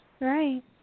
Right